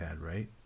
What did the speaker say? right